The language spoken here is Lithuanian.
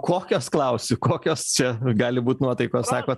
kokios klausiu kokios čia gali būt nuotaikos sakot